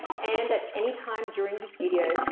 and at anytime during this video,